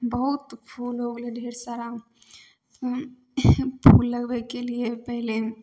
बहुत फूल हो गेलै ढेर सारा फूल लगबैके लिए पहिले